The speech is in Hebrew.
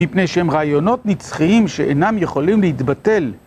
מפני שהם רעיונות נצחיים שאינם יכולים להתבטל.